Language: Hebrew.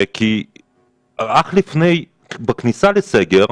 כי רק בכניסה לסגר,